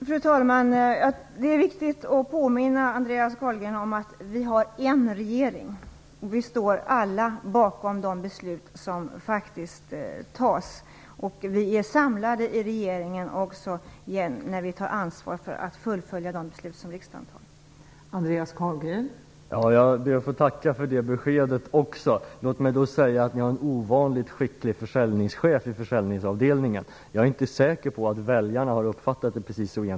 Fru talman! Det är viktigt att påminna Andreas Carlgren om att vi har en regering och att vi alla står bakom de beslut som fattas. Vi är samlade i regeringen också när vi tar ansvar för att fullfölja de beslut som riksdagen fattar.